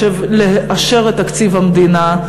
לאשר את תקציב המדינה,